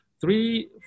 Three